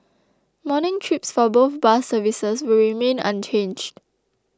morning trips for both bus services will remain unchanged